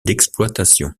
d’exploitation